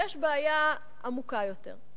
אבל יש בעיה עמוקה יותר.